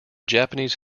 japanese